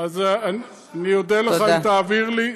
אז אני אודה לך אם תעביר לי.